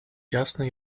jasne